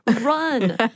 Run